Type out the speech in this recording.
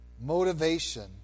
motivation